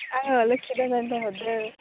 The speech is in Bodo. आङो लोखि बाजारनिफ्राय हरदो